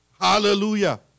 Hallelujah